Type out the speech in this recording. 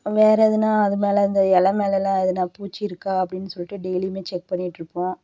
வேறே எதுனா அது மேல் இந்த எலை மேலேல்லாம் எதனா பூச்சி இருக்கா அப்படினு சொல்லிவிட்டு டெய்லியுமே செக் பண்ணிகிட்டுருப்போம்